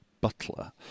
Butler